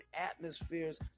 atmospheres